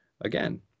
Again